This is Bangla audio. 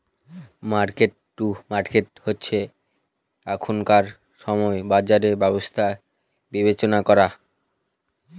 মার্কেট টু মার্কেট হচ্ছে এখনকার সময় বাজারের ব্যবস্থা বিবেচনা করা